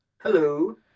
Hello